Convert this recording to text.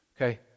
Okay